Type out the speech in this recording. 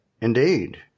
indeed